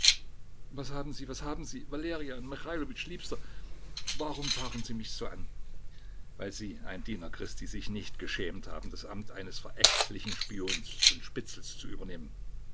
was haben sie was haben sie valerian michailowitsch liebster warum fahren sie mich so an weil sie ein diener christi sich nicht geschämt haben das amt eines verächtlichen spions und spitzels zu übernehmen